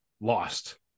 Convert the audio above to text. lost